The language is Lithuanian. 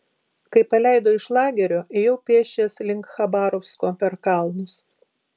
kai paleido iš lagerio ėjau pėsčias link chabarovsko per kalnus